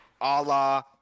Allah